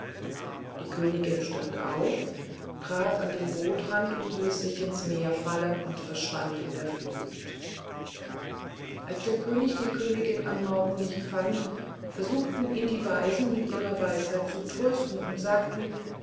die königin stand auf trat an den bootrand und ließ sich ins meer fallen und verschwand in der flut als der könig die königin am morgen nicht fand versuchten ihn die weisen mit ihrer weisheit zu trösten und sagten